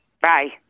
Bye